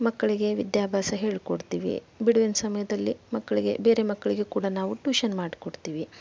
ಮಕ್ಕಳಿಗೆ ವಿದ್ಯಾಭ್ಯಾಸ ಹೇಳಿಕೊಡ್ತೀವಿ ಬಿಡುವಿನ ಸಮಯದಲ್ಲಿ ಮಕ್ಕಳಿಗೆ ಬೇರೆ ಮಕ್ಕಳಿಗೆ ಕೂಡ ನಾವು ಟ್ಯೂಷನ್ ಮಾಡಿಕೊಡ್ತೀವಿ